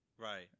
Right